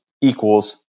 equals